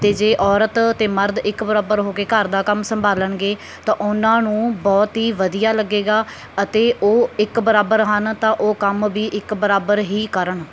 ਅਤੇ ਜੇ ਔਰਤ ਅਤੇ ਮਰਦ ਇੱਕ ਬਰਾਬਰ ਹੋ ਕੇ ਘਰ ਦਾ ਕੰਮ ਸੰਭਾਲਣਗੇ ਤਾਂ ਉਨ੍ਹਾਂ ਨੂੰ ਬਹੁਤ ਹੀ ਵਧੀਆ ਲੱਗੇਗਾ ਅਤੇ ਉਹ ਇੱਕ ਬਰਾਬਰ ਹਨ ਤਾਂ ਉਹ ਕੰਮ ਵੀ ਇੱਕ ਬਰਾਬਰ ਹੀ ਕਰਨ